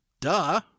Duh